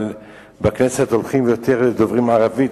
אבל בכנסת הולכים ודוברים יותר ערבית,